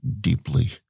deeply